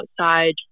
outside